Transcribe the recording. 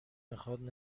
میخاد